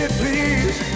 please